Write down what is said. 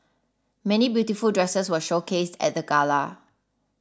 many beautiful dresses were showcased at the gala